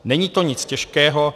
Není to nic těžkého.